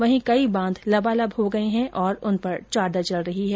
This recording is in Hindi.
वहीं कई बांध लबालब हो गये है और उन पर चादर चल रही है